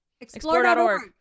Explore.org